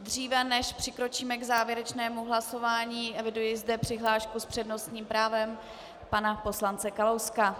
Dříve než přikročíme k závěrečnému hlasování, eviduji zde přihlášku s přednostním právem pana poslance Kalouska.